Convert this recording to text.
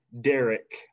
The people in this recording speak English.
Derek